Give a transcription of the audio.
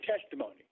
testimony